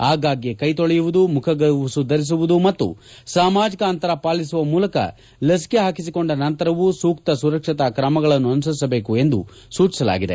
ಆಗಾಗ್ಗೆ ಕೈ ತೊಳೆಯುವುದು ಮುಖಗವಸು ಧರಿಸುವುದು ಮತ್ತು ಸಾಮಾಜಿಕ ಅಂತರವನ್ನು ಪಾಲಿಸುವ ಮೂಲಕ ಲಸಿಕೆ ಹಾಕಿಸಿಕೊಂಡ ನಂತರವೂ ಸೂಕ್ತ ಸುರಕ್ಷತಾ ಕ್ರಮಗಳನ್ನು ಅನುಸರಿಸಬೇಕು ಎಂದು ಸೂಚಿಸಲಾಗಿದೆ